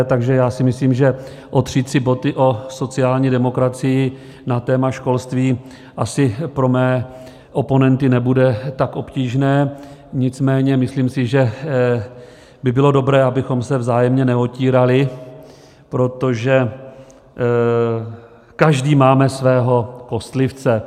Takže já si myslím, že otřít si boty o sociální demokracii na téma školství asi pro mé oponenty nebude tak obtížné, nicméně myslím si, že by bylo dobré, abychom se vzájemně neotírali, protože každý máme svého kostlivce.